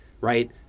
right